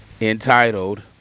entitled